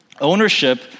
Ownership